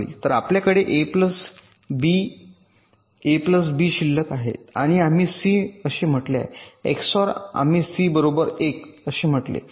तर आपल्याकडे A plus B A plus B शिल्लक आहे आणि आम्ही C असे म्हटले आहे XOR आम्ही C बरोबर 1 असे म्हटले